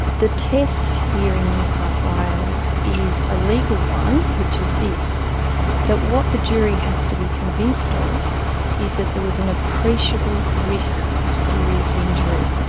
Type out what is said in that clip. the test here in new south wales is a legal one which is this that what the jury has to be convinced ah of is that there was an appreciable risk of serious injury.